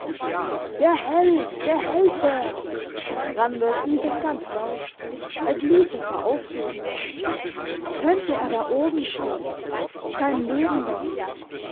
der held der held der randers rief es ganz laut er glühte vor aufregung könnte er da oben stehen sein leben dafür